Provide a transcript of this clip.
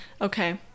Okay